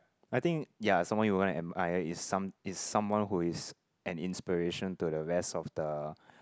I think ya someone you want to admire is some is someone who is an inspiration to the rest of the